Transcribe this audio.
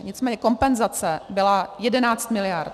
Nicméně kompenzace byla 11 miliard.